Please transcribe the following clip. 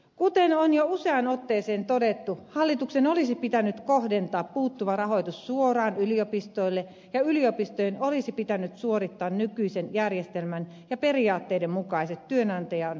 kuten on jo useaan otteeseen todettu hallituksen olisi pitänyt kohdentaa puuttuva rahoitus suoraan yliopistoille ja yliopistojen olisi pitänyt suorittaa nykyisen järjestelmän ja periaatteiden mukaiset työnantajan työttömyysvakuutusmaksut